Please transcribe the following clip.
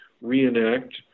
reenact